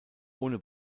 ohne